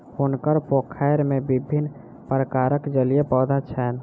हुनकर पोखैर में विभिन्न प्रकारक जलीय पौधा छैन